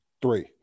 Three